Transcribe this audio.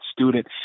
Student